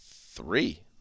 three